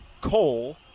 Cole